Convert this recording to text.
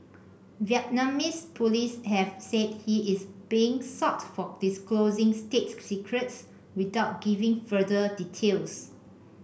Vietnamese police have said he is being sought for disclosing state secrets without giving further details